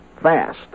fast